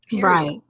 Right